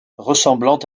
ressemblant